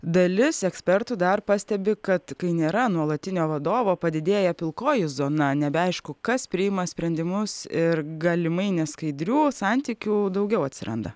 dalis ekspertų dar pastebi kad kai nėra nuolatinio vadovo padidėja pilkoji zona nebeaišku kas priima sprendimus ir galimai neskaidrių santykių daugiau atsiranda